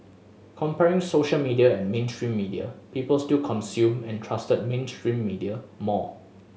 comparing social media and mainstream media people still consumed and trusted mainstream media more